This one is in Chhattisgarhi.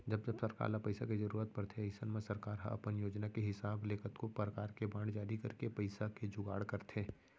जब जब सरकार ल पइसा के जरूरत परथे अइसन म सरकार ह अपन योजना के हिसाब ले कतको परकार के बांड जारी करके पइसा के जुगाड़ करथे